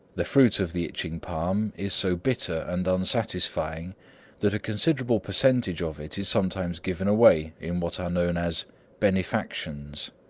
the fruit of the itching palm is so bitter and unsatisfying that a considerable percentage of it is sometimes given away in what are known as benefactions.